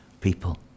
people